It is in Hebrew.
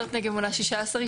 שדות נגב מונה 16 ישובים.